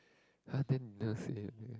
!huh! then you never say